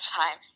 time